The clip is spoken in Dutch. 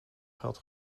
geld